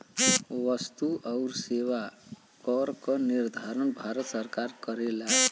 वस्तु आउर सेवा कर क निर्धारण भारत सरकार करेला